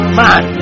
man